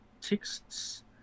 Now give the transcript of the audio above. texts